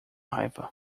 raiva